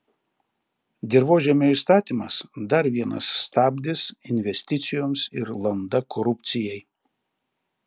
dirvožemio įstatymas dar vienas stabdis investicijoms ir landa korupcijai